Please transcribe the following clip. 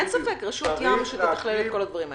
אין ספק, רשות ים שתתכלל את כל הדברים האלה.